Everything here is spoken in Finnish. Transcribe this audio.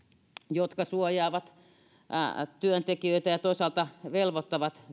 jotka suojaavat työntekijöitä ja toisaalta velvoittavat